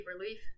relief